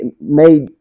made